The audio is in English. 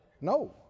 No